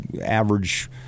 average